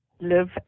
live